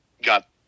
got